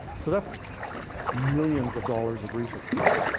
so that's millions of dollars of research money.